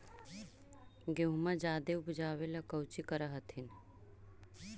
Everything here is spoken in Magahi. गेहुमा जायदे उपजाबे ला कौची कर हखिन?